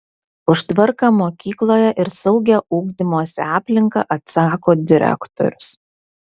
už tvarką mokykloje ir saugią ugdymosi aplinką atsako direktorius